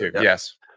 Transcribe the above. yes